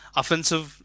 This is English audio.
offensive